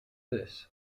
this